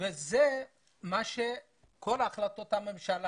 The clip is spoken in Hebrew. ואלה כל החלטות הממשלה,